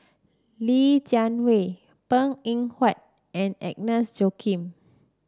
Li Jiawei Png Eng Huat and Agnes Joaquim